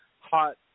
Hot